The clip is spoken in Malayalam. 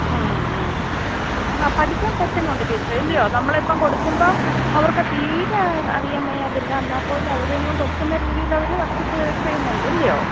ആ പഠിക്കാൻ പറ്റുന്നുണ്ട് ടീച്ചറെ ഇല്ല്യോ നമ്മളിപ്പം കൊടുക്കുമ്പം അവർക്ക് തീരെ അറിയാൻ വയ്യാതില്ല എന്നാൽ പോലും അവരേക്കൊണ്ടാക്കുന്ന രീതീലവർ അവർ വർക്ക് ചെയ്യുന്നുണ്ടില്ല്യോ